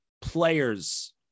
players